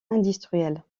industriels